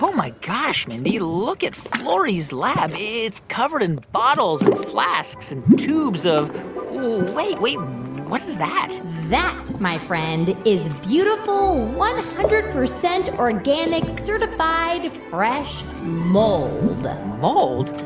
um my gosh, mindy. look at florey's lab. it's covered in bottles and flasks and tubes of wait. what what is that? that, my friend, is beautiful, one hundred percent organic, certified-fresh mold ah mold?